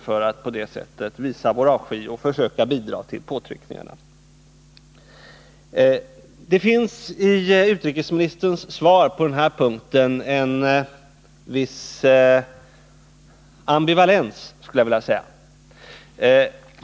Vi kan på det sättet visa vår avsky och försöka bidra till påtryckningarna. Det finns i utrikesministerns svar på denna punkt en viss ambivalens skulle jag vilja säga.